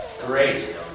great